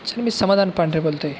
अच्छा मी समादान पांडे बोलतो आहे